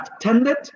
attended